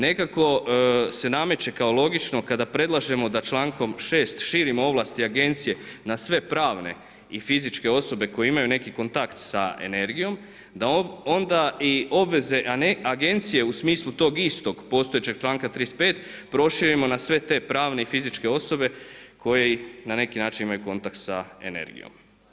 Nekako se nameće kao logično kada predlažemo da člankom 6. širimo ovlasti agencije na sve pravne i fizičke osobe koje imaju neki kontakt sa energijom, da onda i obveze a ne agencije u smislu tog istog postojećeg članka 35., proširimo na sve te pravne i fizičke osobe koje na neki način imaju kontakt sa energijom.